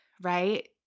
right